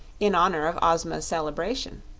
in honor of ozma's celebration,